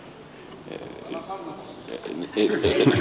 oliko näin